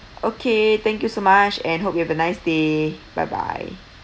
okay thank you so much and hope you have a nice day bye bye